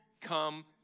come